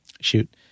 shoot